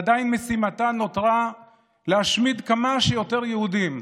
עדיין משימתה נותרה להשמיד כמה שיותר יהודים.